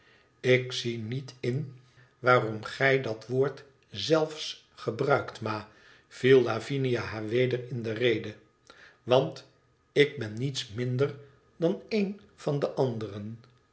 ik ziet niet in waarom gij dat woord zelfs gebruikt ma viel lavinia haar weder in de rede want ik ben niets mmder dan een van de anderen